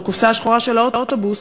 בקופסה השחורה של האוטובוס,